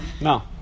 no